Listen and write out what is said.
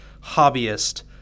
hobbyist